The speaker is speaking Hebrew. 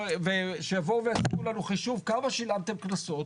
שיבואו ויתנו לנו חישוב, כמה שילמתם קנסות?